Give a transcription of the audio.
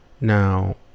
now